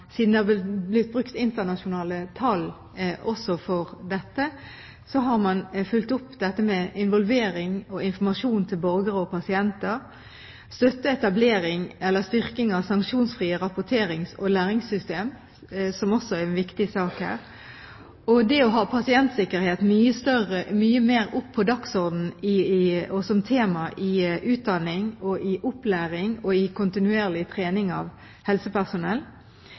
det er blitt brukt internasjonale tall også for dette – har man fulgt opp dette med involvering og informasjon til borgere og pasienter, støttet etablering eller styrking av sanksjonsfrie rapporterings- og læringssystem, som også er en viktig sak her, og det å ha pasientsikkerhet mye mer på dagsordenen og som tema i utdanning og i opplæring og i kontinuerlig trening av helsepersonell.